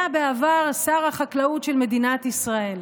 היה בעבר שר החקלאות של מדינת ישראל.